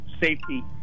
safety